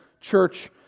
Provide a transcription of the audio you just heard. church